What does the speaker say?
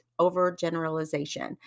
overgeneralization